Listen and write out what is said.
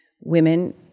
women